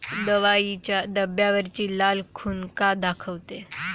दवाईच्या डब्यावरची लाल खून का दाखवते?